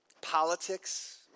politics